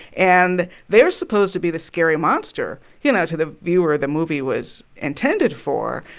and they're supposed to be the scary monster, you know, to the viewer the movie was intended for.